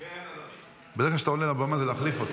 מה,